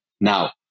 Now